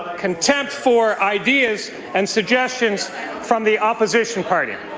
contempt for ideas and suggestions from the opposition party.